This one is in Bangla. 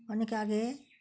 অনেক আগে